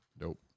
Nope